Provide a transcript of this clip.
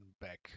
back